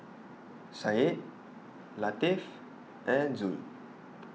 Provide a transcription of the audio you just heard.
Syed Latif and Zul